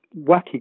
wacky